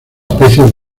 especies